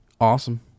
Awesome